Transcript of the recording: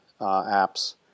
apps